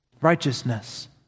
righteousness